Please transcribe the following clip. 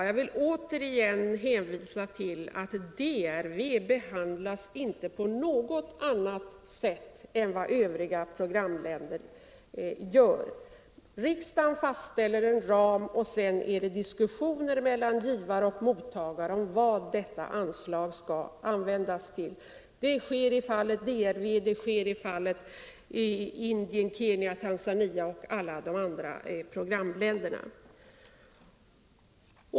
Jag vill återigen hänvisa till att DRV inte behandlas på något annat sätt än övriga programländer. Riksdagen fastställer en ram, och sedan är det diskussioner mellan givare och mottagare om vad detta anslag skall användas till. Det sker i fallet DRV, i Indien, Kenya, Tanzania och alla de andra programländerna.